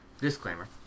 disclaimer